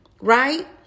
right